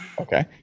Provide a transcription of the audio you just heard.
Okay